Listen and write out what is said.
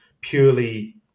purely